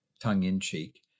tongue-in-cheek